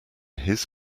his